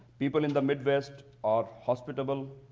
people in the midwest are hospitable,